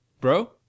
Bro